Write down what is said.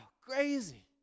crazy